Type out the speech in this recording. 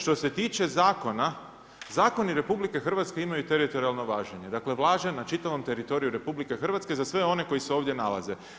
Što se tiče zakona, zakoni RH imaju teritorijalno važenje, dakle važe na čitavom teritoriju RH za sve one koji se ovdje nalaze.